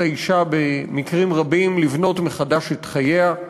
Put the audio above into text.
האישה במקרים רבים לבנות מחדש את חייה,